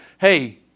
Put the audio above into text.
hey